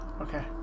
okay